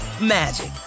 magic